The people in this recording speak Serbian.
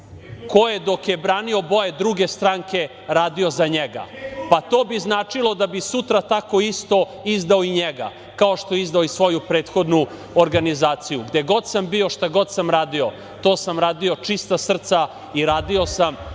ko je dok je branio boje druge stranke radio za njega? To bi značilo da bi sutra tako isto izdao i njega, kao što je izdao i svoju prethodnu organizaciju. Gde god sam bio, šta god sam radio, to sam radio čista srca i radio sam